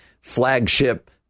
flagship